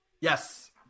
Yes